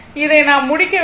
இதை நாம் முடிக்க வேண்டும்